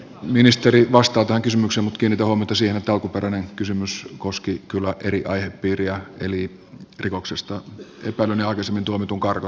ministeri vastaa tähän kysymykseen mutta kiinnitän huomiota siihen että alkuperäinen kysymys koski kyllä eri aihepiiriä eli rikoksesta epäillyn ja aikaisemmin tuomitun karkottamista